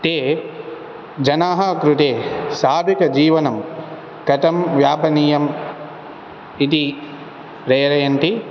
ते जनाः कृते सार्धकजीवनं कतं व्यापनीयन् इति प्रेरयन्ति